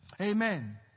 Amen